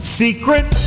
secret